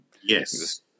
Yes